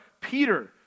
Peter